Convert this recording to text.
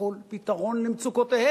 כל פתרון למצוקותיהם,